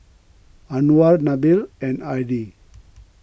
Anuar Nabil and Adi